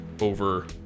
over